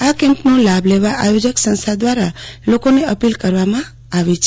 આ કેમ્પનો લાભ લેવા આયોજન સંસ્થા દ્વારા લોકોને અપીલ કરવામાં આવી છે